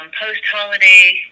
post-holiday